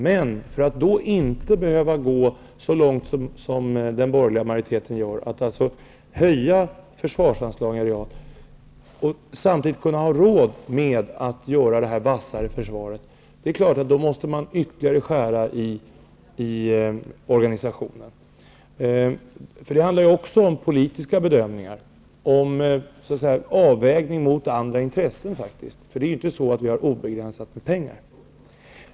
Men för att då inte behöva gå så långt som den borgerliga majoriteten gör, dvs. att vilja höja försvarsanslagen i dag, och samtidigt få råd att skapa det vassare försvaret, måste man skära ytterligare i organisationen. Det här handlar också om politiska bedömningar, dvs. om en avvägning mot andra intressen. Det är ju inte så att vi har obegränsat med pengar.